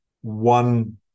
one